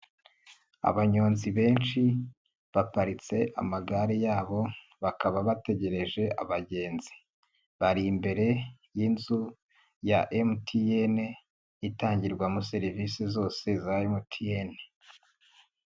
Abanyonzi benshi baparitse amagare yabo, bakaba bategereje abagenzi, bari imbere y'inzu ya MTN, itangirwamo serivisi zose za MTN.